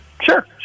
sure